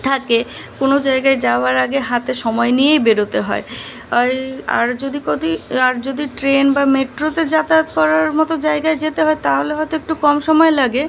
থাকে কোনো জায়গায় যাওয়ার আগে হাতে সময় নিয়েই বেরোতে হয় আই আর যদি কদি আর যদি ট্রেন বা মেট্রোতে যাতায়াত করার মতো জায়গায় যেতে হয় তাহলে হয়তো একটু কম সমায় লাগে